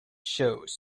shows